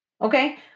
Okay